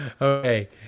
Okay